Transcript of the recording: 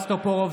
טופורובסקי,